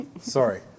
Sorry